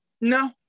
no